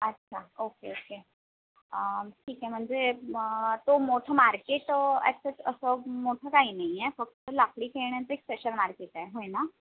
अच्छा okay okay ठीक आहे म्हणजे तो मोठं मार्केट ॲज सच असं मोठं काही नाही आहे फक्त लाकडी खेळण्याचं एक स्पेशल मार्केट आहे होय ना